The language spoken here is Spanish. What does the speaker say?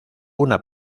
una